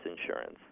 insurance